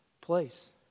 place